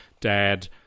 Dad